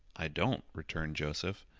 i don't, returned joseph.